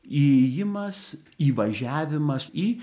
įėjimas įvažiavimas į